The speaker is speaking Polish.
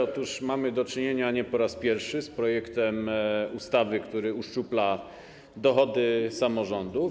Otóż mamy do czynienia nie po raz pierwszy z projektem ustawy, która uszczupla dochody samorządów.